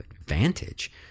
advantage